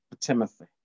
Timothy